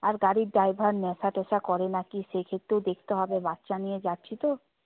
আর গাড়ির ড্রাইভার নেশা টেশা করে না কি সেক্ষেত্রে দেখতে হবে বাচ্চা নিয়ে যাচ্ছি তো